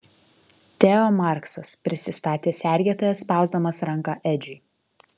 teo marksas prisistatė sergėtojas spausdamas ranką edžiui